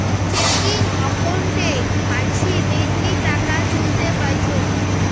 checking অক্কোউন্টে মানসী দিননি টাকা তুলতে পাইচুঙ